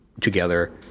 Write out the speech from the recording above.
together